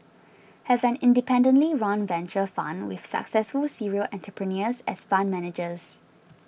have an independently run venture fund with successful serial entrepreneurs as fund managers